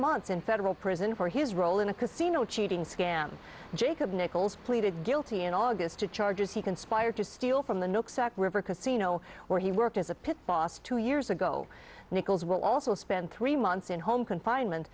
months in federal prison for his role in a casino cheating scam and jacob nichols pleaded guilty in august to charges he conspired to steal from the new river casino where he worked as a pit boss two years ago nichols will also spend three months in home confinement